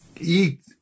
eat